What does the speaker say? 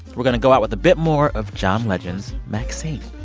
we're going to go out with a bit more of john legend's maxine.